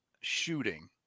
shooting